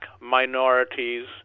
minorities